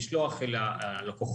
לשלוח אל הלקוחות,